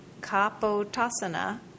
Kapotasana